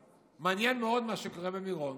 מתעניין מאוד במה שקורה במירון,